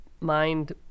mind